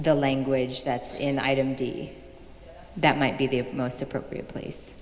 the language that's in item d that might be the most appropriate place